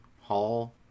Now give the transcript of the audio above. hall